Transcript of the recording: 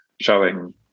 showing